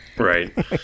right